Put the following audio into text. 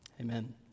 Amen